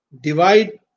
divide